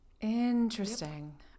Interesting